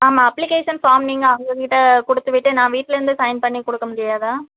ஆமாம் application form நீங்கள் அவங்கக்கிட்ட கொடுத்து விட்டு நான் வீட்டில் இருந்து சைன் பண்ணி கொடுக்க முடியாதா